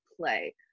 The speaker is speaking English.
play